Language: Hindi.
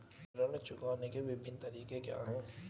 ऋण चुकाने के विभिन्न तरीके क्या हैं?